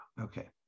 Okay